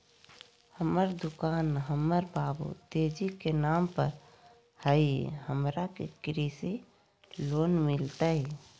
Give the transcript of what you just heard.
हमर दुकान हमर बाबु तेजी के नाम पर हई, हमरा के कृषि लोन मिलतई?